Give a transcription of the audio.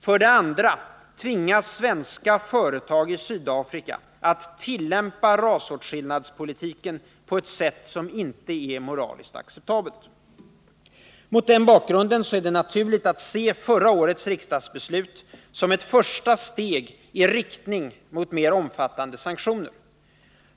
För det andra tvingas svenska företag i Sydafrika att tillämpa rasåtskillnadspolitiken på ett sätt som inte är moraliskt acceptabelt. Mot denna bakgrund är det naturligt att se förra årets beslut som ett första steg i riktning mot mer omfattande sanktioner.